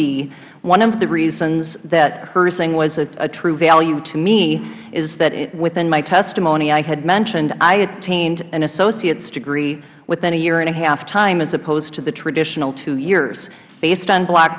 be one of the reasons that herzing was a true value to me is that within my testimony i had mentioned i attained an associate's degree within a year and a half time as opposed to the traditional two years based on block